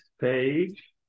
Page